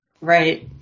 Right